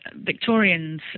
Victorians